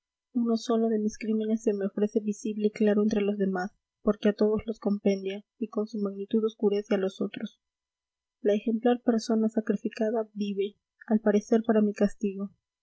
uno solo de mis crímenes se me ofrece visible y claro entre los demás porque a todos los compendia y con su magnitud oscurece a los otros la ejemplar persona sacrificada vive al parecer para mi castigo